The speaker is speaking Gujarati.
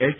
એચ